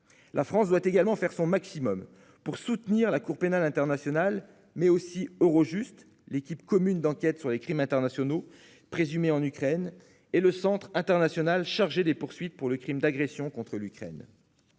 La France doit également faire son maximum pour soutenir la Cour pénale internationale, mais aussi Eurojust, l'équipe commune d'enquête sur les crimes internationaux présumés en Ukraine, ainsi que le Centre international chargé des poursuites pour le crime d'agression contre l'Ukraine.